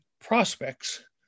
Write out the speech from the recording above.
prospects